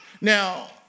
Now